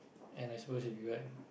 and I suppose if you like